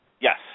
Yes